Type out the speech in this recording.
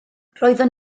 roeddwn